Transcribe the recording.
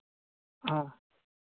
ᱚ